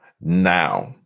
now